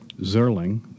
Zerling